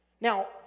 Now